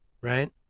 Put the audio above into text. Right